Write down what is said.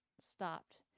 stopped